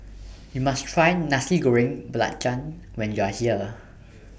YOU must Try Nasi Goreng Belacan when YOU Are here